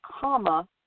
comma